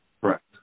Correct